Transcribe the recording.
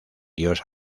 dios